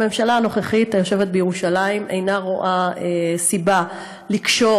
הממשלה הנוכחית היושבת בירושלים אינה רואה סיבה לקשור